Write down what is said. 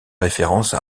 référence